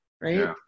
right